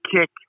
kick